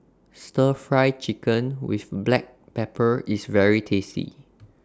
Stir Fry Chicken with Black Pepper IS very tasty